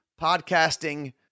podcasting